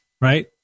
right